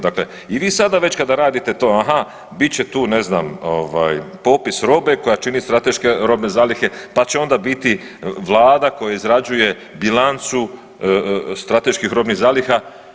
Dakle, i vi sada već kada radite to, aha bit će tu ne znam ovaj popis robe koja čini strateške robne zalihe, pa će onda biti vlada koja izrađuje bilancu strateških robnih zaliha.